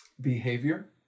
behavior